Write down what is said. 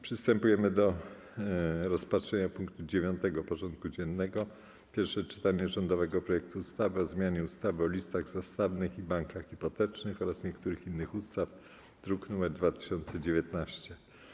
Przystępujemy do rozpatrzenia punktu 9. porządku dziennego: Pierwsze czytanie rządowego projektu ustawy o zmianie ustawy o listach zastawnych i bankach hipotecznych oraz niektórych innych ustaw (druk nr 2019)